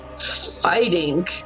fighting